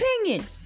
opinion